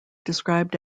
described